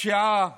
הפשיעה